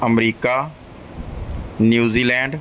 America New Zealand